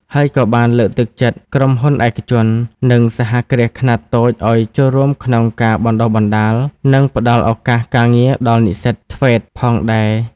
ហើយក៏បានលើកទឹកចិត្តក្រុមហ៊ុនឯកជន និងសហគ្រាសខ្នាតតូចឱ្យចូលរួមក្នុងការបណ្តុះបណ្តាល និងផ្តល់ឱកាសការងារដល់និស្សិត ធ្វេត TVET ផងដែរ។